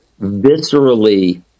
viscerally